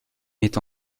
met